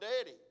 daddy